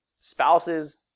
spouses